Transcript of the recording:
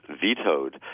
vetoed